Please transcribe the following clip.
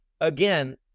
Again